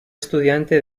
estudiante